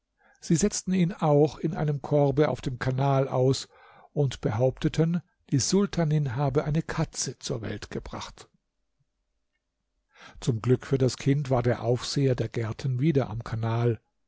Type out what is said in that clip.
sie setzten ihn auch in einem korbe auf dem kanal aus und behaupteten die sultanin habe eine katze zur welt gebracht zum glück für das kind war der aufseher der gärten wieder am kanal